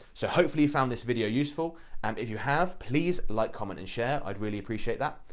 so hopefully you found this video useful and if you have please like, comment and share. i'd really appreciate that.